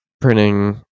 printing